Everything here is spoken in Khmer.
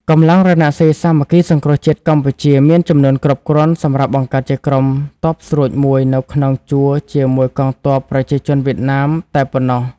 កម្លាំងរណសិរ្យសាមគ្គីសង្គ្រោះជាតិកម្ពុជា មានចំនួនគ្រប់គ្រាន់សម្រាប់បង្កើតជាក្រុមទព័ស្រួចមួយនៅក្នុងជួរជាមួយកងទព័ប្រជាជនវៀតណាមតែប៉ុណ្ណោះ។